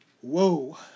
whoa